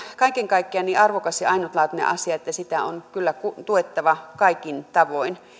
kaiken kaikkiaan niin arvokas ja ainutlaatuinen asia että sitä on kyllä tuettava kaikin tavoin